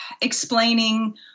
explaining